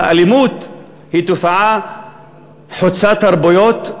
שהאלימות היא תופעה חוצה תרבויות,